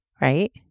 right